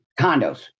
condos